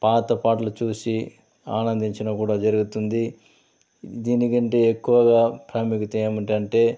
పాత పాటలు చూసి ఆనందించడం కూడా జరుగుతుంది దీనికంటే ఎక్కువగా ప్రాముఖ్యత ఏమిటంటే